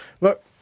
look